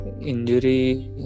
Injury